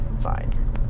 fine